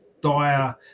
dire